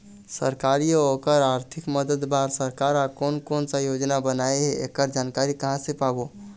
सरकारी अउ ओकर आरथिक मदद बार सरकार हा कोन कौन सा योजना बनाए हे ऐकर जानकारी कहां से पाबो?